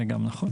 זה גם נכון.